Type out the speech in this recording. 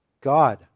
God